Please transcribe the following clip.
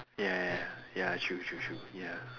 ya ya ya true true true ya